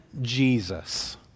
Jesus